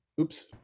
Oops